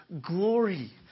glory